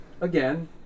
again